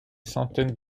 centaines